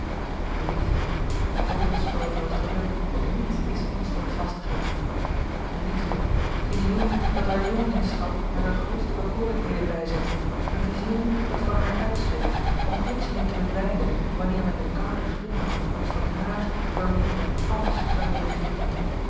liefde dobbelspel voor het geluk niets is onstandvastiger liefde vizioen dat der jongelingschap hare grootste bekoorlijkheden bijzet een george een ongeluksvogel vizioen dat voor haar uitzweeft om plotseling te verdwijnen wanneer men den kouden glimlach ontmoet van haar voor vyie men alles zou willen geven